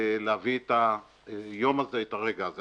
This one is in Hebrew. בהבאת היום הזה, הרגע הזה.